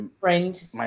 friend